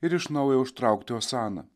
ir iš naujo užtraukti osaną